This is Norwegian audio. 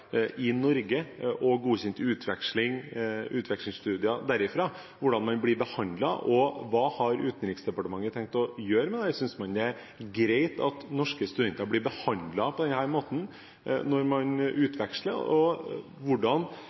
i Norge og godkjent utvekslingsstudier derfra. Hva har Utenriksdepartementet tenkt å gjøre med dette – synes man det er greit at norske studenter blir behandlet på denne måten når man utveksler? Og